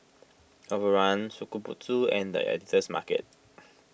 Overrun Shokubutsu and the Editor's Market